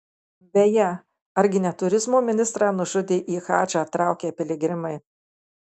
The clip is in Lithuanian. beje argi ne turizmo ministrą nužudė į hadžą traukę piligrimai